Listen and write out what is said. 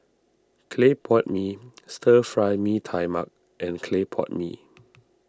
Clay Pot Mee Stir Fry Mee Tai Mak and Clay Pot Mee